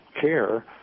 care